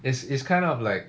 it's it's kind of like